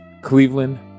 cleveland